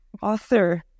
Author